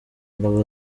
ingabo